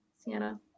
Sienna